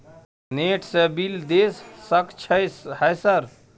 Net से bill देश सक छै यह सर?